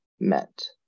met